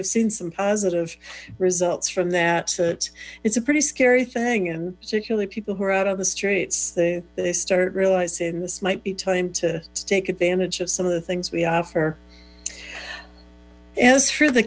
have seen some positive results from that but it's a pretty scary thing and particularly people who are out on the streets they start realizing this might be time to take advantage of some of the things we offer as for the